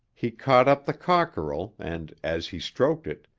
he caught up the cockerel and, as he stroked it,